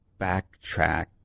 backtrack